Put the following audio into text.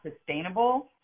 sustainable